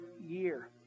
year